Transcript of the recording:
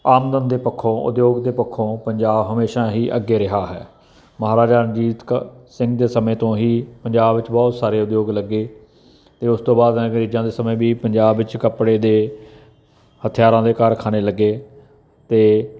ਆਮਦਨ ਦੇ ਪੱਖੋਂ ਉਦਯੋਗ ਦੇ ਪੱਖੋਂ ਪੰਜਾਬ ਹਮੇਸ਼ਾ ਹੀ ਅੱਗੇ ਰਿਹਾ ਹੈ ਮਹਾਰਾਜਾ ਰਣਜੀਤ ਕ ਸਿੰਘ ਦੇ ਸਮੇਂ ਤੋਂ ਹੀ ਪੰਜਾਬ ਵਿੱਚ ਬਹੁਤ ਸਾਰੇ ਉਦਯੋਗ ਲੱਗੇ ਅਤੇ ਉਸ ਤੋਂ ਬਾਅਦ ਅੰਗਰੇਜ਼ਾਂ ਦੇ ਸਮੇਂ ਵੀ ਪੰਜਾਬ ਵਿੱਚ ਕੱਪੜੇ ਦੇ ਹਥਿਆਰਾਂ ਦੇ ਕਾਰਖਾਨੇ ਲੱਗੇ ਅਤੇ